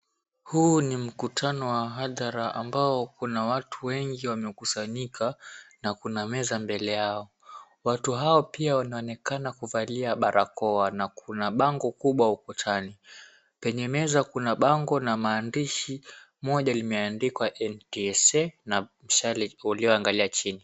Huu ni mkutano wa hadhara ambayo kuna watu wengi wamekusanyika na kuna meza mbele yao, watu hao pia wanaonekana kuvalia barakoa na kuna bango kubwa ukutani kwenye meza, kuna bango na maandishi moja limeandikwa NTSA na mshale ulioangalia chini.